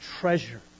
treasure